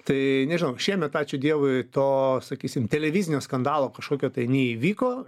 tai nežinau šiemet ačiū dievui to sakysim televizinio skandalo kažkokio tai neįvyko